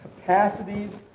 capacities